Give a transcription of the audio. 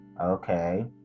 Okay